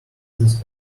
this